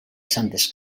santes